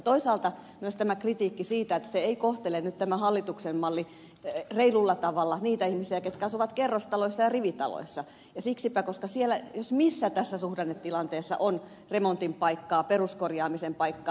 toisaalta kuuluu myös kritiikkiä siitä että tämä hallituksen esitys ei kohtele reilulla tavalla niitä ihmisiä jotka asuvat kerrostaloissa ja rivitaloissa koska siellä jos missä tässä suhdannetilanteessa on remontin paikkaa peruskorjaamisen paikkaa